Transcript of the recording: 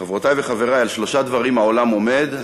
חברותי וחברי, על שלושה דברים העולם עומד,